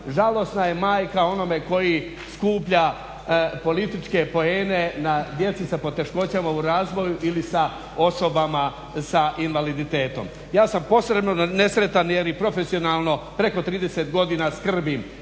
žalosna je majka onome koji skuplja političke poene na djeci sa poteškoćama u razvoju ili sa osobama sa invaliditetom. Ja sam posebno nesretan jer i profesionalno preko 30 godina skrbim